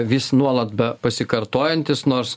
vis nuolat bepasikartojantis nors